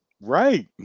right